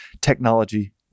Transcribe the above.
technology